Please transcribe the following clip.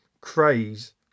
craze